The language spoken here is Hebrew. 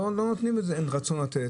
לא מאפשרים את זה, אין רצון לתת.